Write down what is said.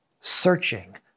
searching